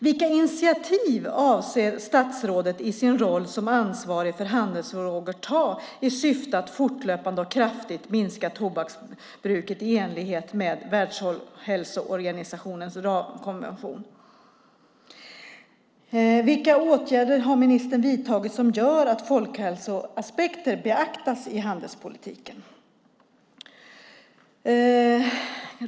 Vilka initiativ avser statsrådet, i sin roll som ansvarig för handelsfrågor, att ta i syfte att fortlöpande och kraftigt minska tobaksbruket i enlighet med Världshälsoorganisationens ramkonvention? Vilka åtgärder har ministern vidtagit som gör att folkhälsoaspekter beaktas i handelspolitiken?